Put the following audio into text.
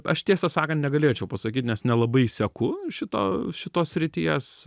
aš tiesą sakant negalėčiau pasakyt nes nelabai seku šito šitos srities